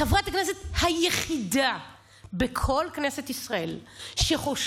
חברת הכנסת היחידה בכל כנסת ישראל שחושבת